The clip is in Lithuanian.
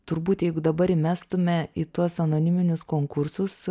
turbūt jeigu dabar įmestume į tuos anoniminius konkursus